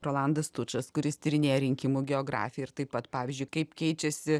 rolandas stučas kuris tyrinėja rinkimų geografiją ir taip pat pavyzdžiui kaip keičiasi